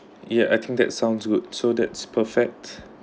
ya I think that sounds good so that's perfect